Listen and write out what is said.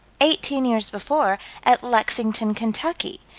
eighteen years before, at lexington, kentucky.